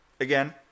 again